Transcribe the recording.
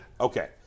Okay